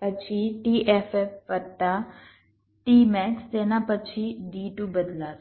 પછી t ff વત્તા t max તેના પછી D2 બદલાશે